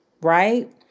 right